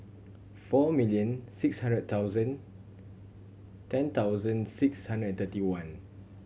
four million six hundred thousand ten thousand six hundred and thirty one